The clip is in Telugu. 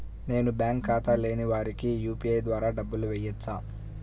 నేను బ్యాంక్ ఖాతా లేని వారికి యూ.పీ.ఐ ద్వారా డబ్బులు వేయచ్చా?